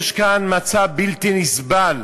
יש כאן מצב בלתי נסבל,